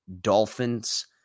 Dolphins